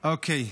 תודה.